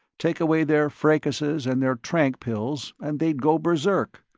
take away their fracases and their trank pills and they'd go berserk.